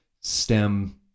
STEM